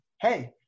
hey